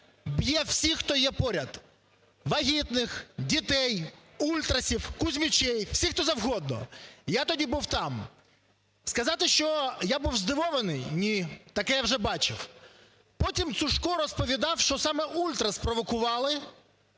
б'є всіх, хто є поряд: вагітних, дітей, ультрасів, "кузьмичів", всіх, хто завгодно. Я тоді був там. Сказати, що я був здивований, ні, таке я вже бачив. Потім Цушко розповідав, що саме ультрас спровокували